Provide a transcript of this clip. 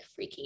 freaking